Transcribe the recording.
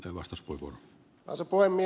arvoisa puhemies